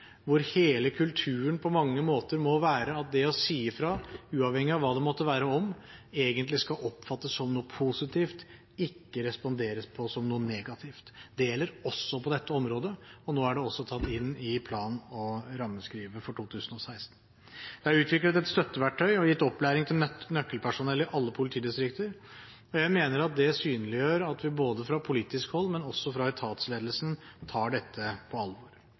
hvor hele kulturen på mange måter må være at det å si fra, uavhengig av hva det måtte være om, egentlig skal oppfattes som noe positivt, ikke responderes på som noe negativt. Det gjelder også på dette området, og nå er det også tatt inn i plan- og rammeskrivet for 2016. Det er utviklet et støtteverktøy og gitt opplæring til nøkkelpersonell i alle politidistrikter. Jeg mener at det synliggjør at vi fra politisk hold, men også fra etatsledelsen tar dette på alvor.